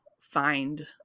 find